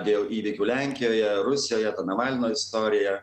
dėl įvykių lenkijoje rusijoje ta navalno istorija